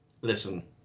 listen